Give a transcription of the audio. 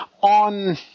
on